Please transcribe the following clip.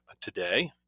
today